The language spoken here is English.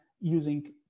using